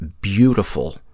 beautiful